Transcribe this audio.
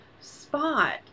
spot